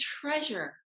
treasure